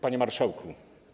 Panie Marszałku!